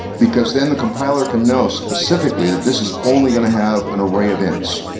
because then the compiler can know specifically that this is only going to have an array events.